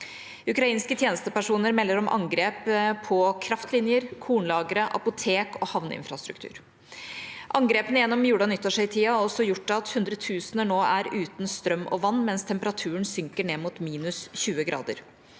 Ukrainske tjenestepersoner melder om angrep på kraftlinjer, kornlagre, apotek og havneinfrastruktur. Angrepene gjennom jule- og nyttårshøytiden har også gjort at hundretusener nå er uten strøm og vann, mens temperaturen synker ned mot minus 20 grader.